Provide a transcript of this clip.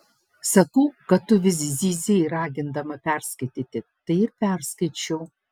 sakau kad tu vis zyzei ragindama perskaityti tai ir perskaičiau